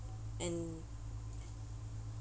and